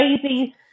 crazy